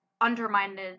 undermined